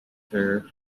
her